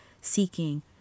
seeking